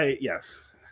Yes